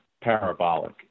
parabolic